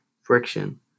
friction